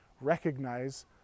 recognize